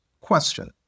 Question